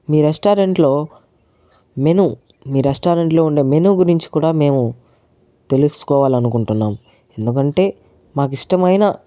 మీ restaurant లో menu మీ restaurant లో ఉండే మెనూ గురించి కూడా మేము తెలుసుకోవాలనుకుంటున్నాం ఎందుకంటే మాకిష్టమైన